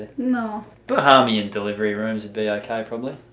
no. bahamian delivery rooms would be okay, probably.